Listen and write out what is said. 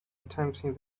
attempting